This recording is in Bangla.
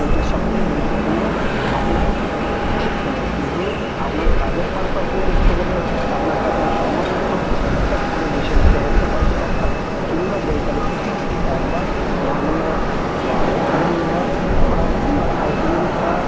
এইটা সব থেকে গুরুত্বপূর্ণ আপনার ক্ষেত্রে কিন্তু আপনার কাজের পারপাস দিয়ে দেখতে গেলে আপনাকে আপনার সমায় মতো হিসাব করে বেছে নিতে হবে হয় সকাল কিংবা বৈকালের দিকে একবার মর্নিং ওয়াক বা ইভিনিং ওয়াক করা কিংবা সাইকেলিং করা